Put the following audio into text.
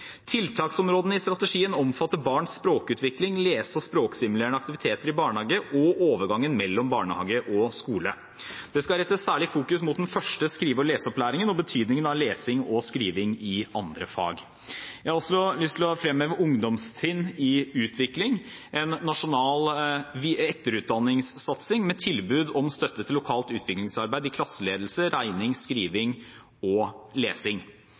Tiltaksområdene i strategien omfatter barns språkutvikling, lese- og språkstimulerende aktiviteter i barnehage og overgangen mellom barnehage og skole. Det skal rettes særlig fokus mot den første skrive- og leseopplæringen og betydningen av lesing og skriving i andre fag. Jeg har også lyst til å fremheve Ungdomstrinn i utvikling, en nasjonal etterutdanningssatsing med tilbud om støtte til lokalt utviklingsarbeid i klasseledelse, regning, skriving og lesing.